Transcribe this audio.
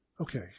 Okay